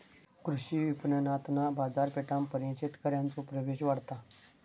कृषी विपणणातना बाजारपेठेपर्यंत शेतकऱ्यांचो प्रवेश वाढता